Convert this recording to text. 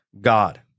God